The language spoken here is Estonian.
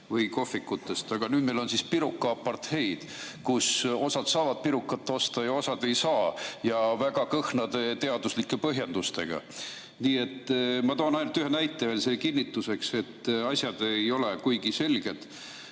või kohvikutest, aga nüüd meil on pirukaapartheid, kus osad saavad pirukat osta ja osad ei saa ja väga kõhnade teaduslike põhjendustega. Ma toon ainult ühe näite selle kinnituseks, et asjad ei ole kuigi selged.